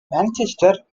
manchester